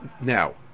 now